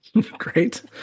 Great